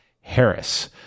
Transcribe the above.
Harris